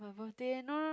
my birthday eh no no no